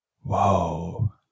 Whoa